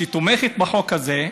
שתומכת בחוק הזה,